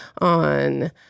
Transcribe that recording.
on